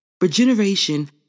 Regeneration